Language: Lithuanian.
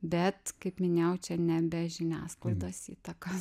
bet kaip minėjau čia ne be žiniasklaidos įtakos